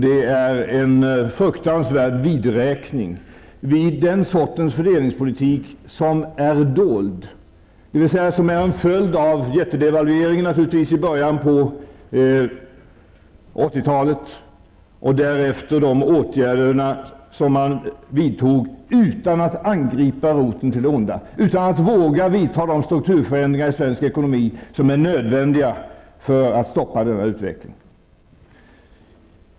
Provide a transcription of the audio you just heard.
Det är en fruktansvärd vidräkning med den sortens fördelningspolitik som är dold, dvs. som är en följd av jättedevalveringen i början av 80-talet och de åtgärder som man vidtog därefter, utan att angripa roten till det onda, utan att våga vidta de strukturförändringar i svensk ekonomi som är nödvändiga för att stoppa denna utveckling.